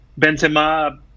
Benzema